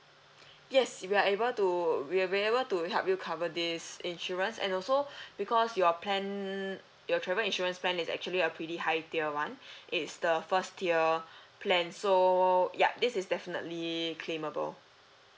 yes we are able to we will be able to help you cover this insurance and also because your plan your travel insurance plan is actually a pretty high tier one it's the first tier plans so yup this is definitely claimable